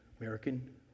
American